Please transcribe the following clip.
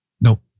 Nope